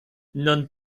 non